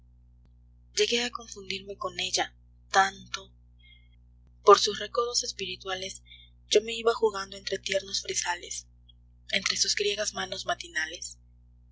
llegué a confundirme con ella tanto por sus recodos espirituales yo me iba jugando entre tiernos fresales entre sus griegas manos matinales